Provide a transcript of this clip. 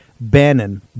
Bannon